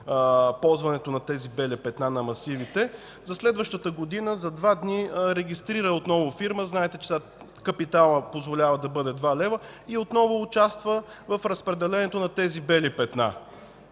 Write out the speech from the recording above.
ползването на тези бели петна на масивите, за следващата година за два дни регистрира отново фирма. Знаете, че се позволява капиталът да бъде 2 лв. и отново се участва в разпределението на тези бели петна